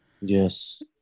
Yes